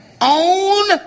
Own